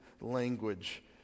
language